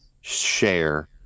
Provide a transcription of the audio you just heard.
share